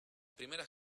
primeras